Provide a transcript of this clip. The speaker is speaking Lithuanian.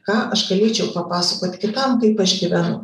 ką aš galėčiau papasakot kitam kaip aš gyvenu